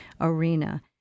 arena